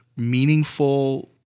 meaningful